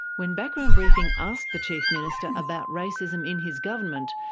when background briefing asked the chief minister about racism in his government,